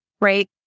right